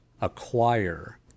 acquire